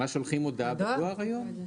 ממש שולחים הודעה בדואר היום?